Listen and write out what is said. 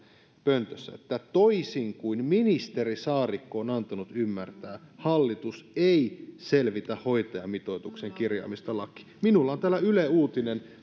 pöntössä että toisin kuin ministeri saarikko on antanut ymmärtää hallitus ei selvitä hoitajamitoituksen kirjaamista lakiin minulla on täällä yle uutinen